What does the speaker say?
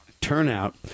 turnout